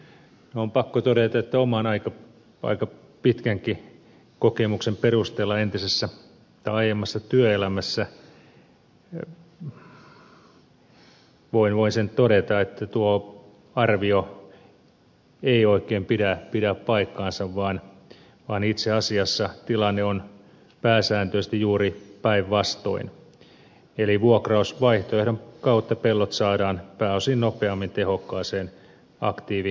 minun on pakko todeta ja oman aika pitkänkin kokemukseni perusteella aiemmassa työelämässä voin sen todeta että tuo arvio ei oikein pidä paikkaansa vaan itse asiassa tilanne on pääsääntöisesti juuri päinvastoin eli vuokrausvaihtoehdon kautta pellot saadaan pääosin nopeammin tehokkaaseen aktiiviviljelyyn